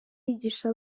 yigisha